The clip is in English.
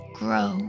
grow